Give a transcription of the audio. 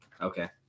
okay